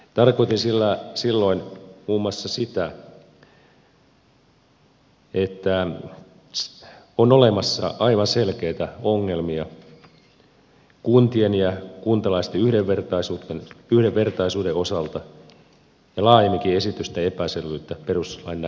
tarkoitin sillä silloin muun muassa sitä että on olemassa aivan selkeitä ongelmia kuntien ja kuntalaisten yhdenvertaisuuden osalta ja laajemminkin esitysten epäselvyyttä perustuslain näkökulmasta